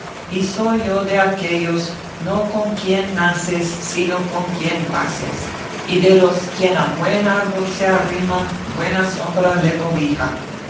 y soy yo de aquellos no con quien naces sino con quien paces y de los quien a buen árbol se arrima buena sombra le cobija